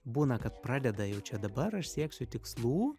būna kad pradeda jau čia dabar aš sieksiu tikslų